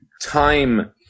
Time